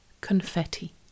Confetti